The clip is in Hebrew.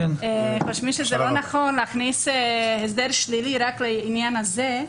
חושבים שזה לא נכון להכניס הסדר שלילי רק לעניין הזה,